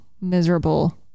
miserable